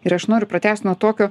ir aš noriu pratęst nuo tokio